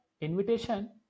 invitation